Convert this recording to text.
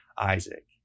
Isaac